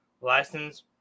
license